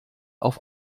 auf